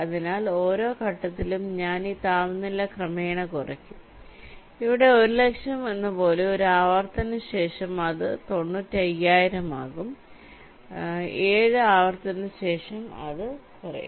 അതിനാൽ ഓരോ ഘട്ടത്തിലും ഞാൻ ഈ താപനില ക്രമേണ കുറയ്ക്കും ഇവിടെ 100000 പോലെ ഒരു ആവർത്തനത്തിനുശേഷം അത് 95000 ആകും 7 ആവർത്തനത്തിനുശേഷം അത് കുറയും